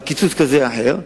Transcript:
על קיצוץ כזה או אחר.